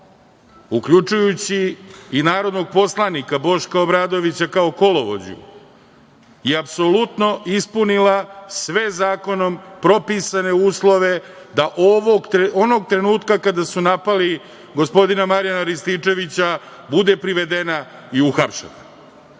uključujući i narodnog poslanika Boška Obradovića kao kolovođe, je apsolutno ispunila sve zakonom propisane uslove da onog trenutka kada su napali gospodina Marjana Rističevića bude privedena i uhapšena.